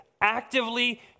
actively